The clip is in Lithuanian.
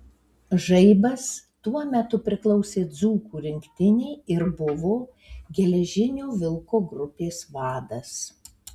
žaibas tuo metu priklausė dzūkų rinktinei ir buvo geležinio vilko grupės vadas